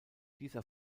dieser